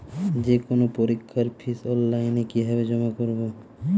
যে কোনো পরীক্ষার ফিস অনলাইনে কিভাবে জমা করব?